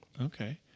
Okay